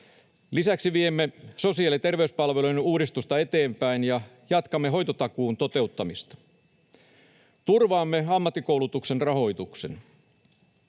Lisäksi viemme sosiaali- ja terveyspalveluiden uudistusta eteenpäin ja jatkamme hoitotakuun toteuttamista. Turvaamme ammattikoulutuksen rahoituksen.